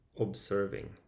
observing